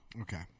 Okay